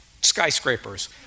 skyscrapers